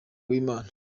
uwimana